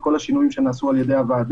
את כל השינויים שנעשו על ידי הוועדה,